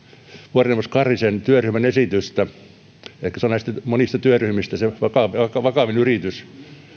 vuorineuvos karhisen työryhmän esitystä ehkä se on näistä monista työryhmistä vakavin yritys